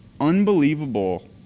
unbelievable